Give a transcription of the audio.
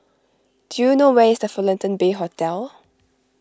do you know where is the Fullerton Bay Hotel